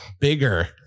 bigger